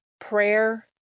Prayer